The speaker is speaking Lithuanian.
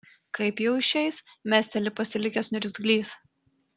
kaip jau išeis mesteli pasilikęs niurgzlys